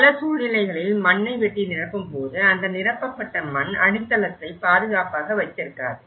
பல சூழ்நிலைகளில் மண்ணை வெட்டி நிரப்பும்போது அந்த நிரப்பப்பட்ட மண் அடித்தளத்தை பாதுகாப்பாக வைத்திருக்காது